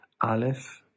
Aleph